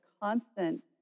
constant